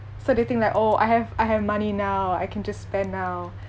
so they think like oh I have I have money now I can just spend now